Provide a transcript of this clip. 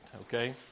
okay